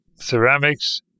ceramics